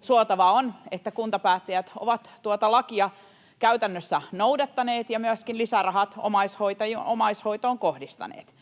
Suotavaa on, että kuntapäättäjät ovat tuota lakia käytännössä noudattaneet ja myöskin lisärahat omaishoitoon kohdistaneet.